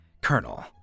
Colonel